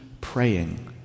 praying